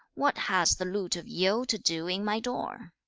what has the lute of yu to do in my door